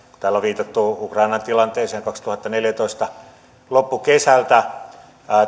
täällä on viitattu ukrainan tilanteeseen kaksituhattaneljätoista loppukesältä